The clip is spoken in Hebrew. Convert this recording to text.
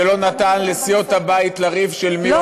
ולא נתן לסיעות הבית לריב של מי הוא,